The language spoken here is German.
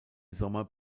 sommer